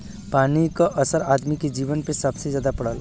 पानी क असर आदमी के जीवन पे सबसे जादा पड़ला